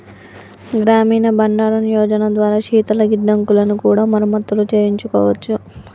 గ్రామీణ బండారన్ యోజన ద్వారా శీతల గిడ్డంగులను కూడా మరమత్తులు చేయించుకోవచ్చు